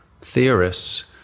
theorists